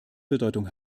bedeutung